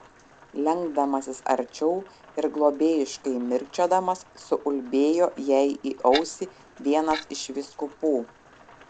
lenkdamasis arčiau ir globėjiškai mirkčiodamas suulbėjo jai į ausį vienas iš vyskupų